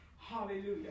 hallelujah